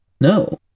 No